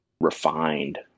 refined